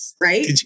right